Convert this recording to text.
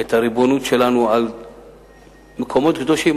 את הריבונות שלנו על מקומות קדושים.